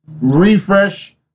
refresh